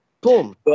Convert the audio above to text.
boom